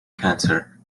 cancer